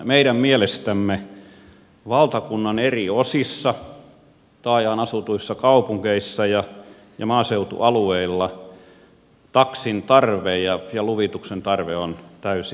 meidän mielestämme valtakunnan eri osissa taajaan asutuissa kaupungeissa ja maaseutualueilla taksin tarve ja luvituksen tarve on täysin erilainen